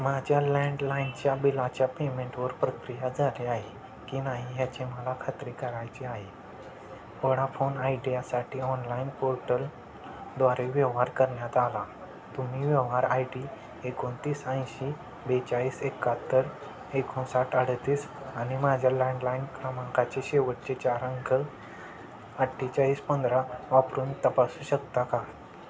माझ्या लँडलाईनच्या बिलाच्या पेमेंटवर प्रक्रिया झाली आहे की नाही याची मला खात्री करायची आहे वोडाफोन आयडियासाठी ऑनलाईन पोर्टलद्वारे व्यवहार करण्यात आला तुम्ही व्यवहार आयडी एकोणतीस ऐंशी बेचाळीस एकाहत्तर एकोणसाठ अडतीस आणि माझ्या लँडलाईन क्रमांकाचे शेवटचे चार अंक अठ्ठेचाळीस पंधरा वापरून तपासू शकता का